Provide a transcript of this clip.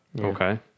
Okay